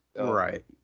Right